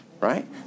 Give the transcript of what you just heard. Right